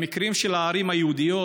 במקרים של הערים היהודיות,